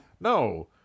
No